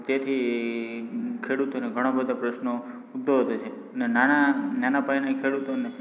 તેથી ખેડૂતોને ઘણા બધા પ્રશ્નો ઉદ્ભવ થાય છે અને નાના નાના પાયાના ખેડૂતોને